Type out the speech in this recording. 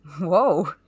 Whoa